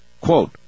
quote